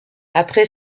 après